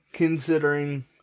Considering